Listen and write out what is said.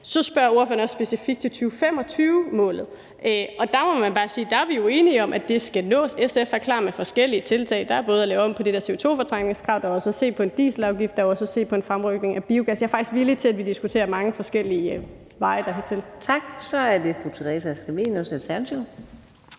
Så spørger ordføreren også specifikt til 2025-målet. Og der må man bare sige, at det er vi jo enige om skal nås. SF er klar med forskellige tiltag. Det er både at lave om på det der CO2-fortrængningskrav, at se på en dieselafgift og også at se på en fremrykning af biogas. Jeg er faktisk villig til, at vi diskuterer mange forskellige veje dertil. Kl. 18:53 Fjerde næstformand